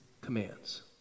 commands